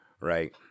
right